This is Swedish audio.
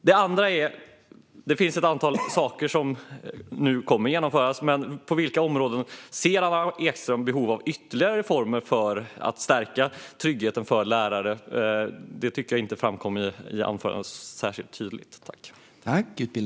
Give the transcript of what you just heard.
Min andra fråga är: Det finns ett antal saker som kommer att genomföras, men på vilka områden ser Anna Ekström behov av ytterligare reformer för att stärka tryggheten för lärare? Det tycker jag inte framkom särskilt tydligt i anförandet.